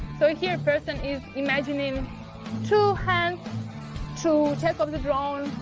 so here person is imagining two hands to take over the drone,